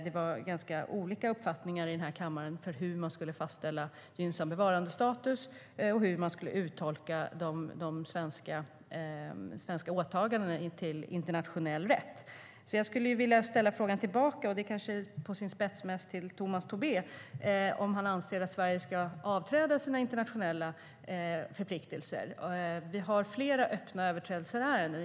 Det var ganska olika uppfattningar i den här kammaren om hur man skulle fastställa gynnsam bevarandestatus och hur man skulle tolka de svenska åtagandena i internationell rätt. Jag skulle vilja ställa frågan tillbaka till Tomas Tobé om han anser att Sverige ska frånträda sina internationella förpliktelser. Vi har flera öppna överträdelseärenden.